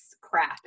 crap